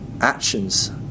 actions